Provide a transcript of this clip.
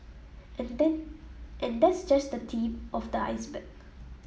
and that and that's just the tip of the iceberg